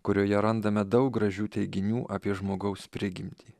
kurioje randame daug gražių teiginių apie žmogaus prigimtį